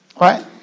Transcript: right